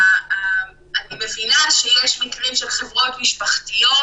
אני מבינה שיש מקרים של חברות משפחתיות